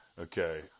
Okay